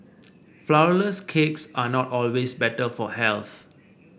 flour less cakes are not always better for health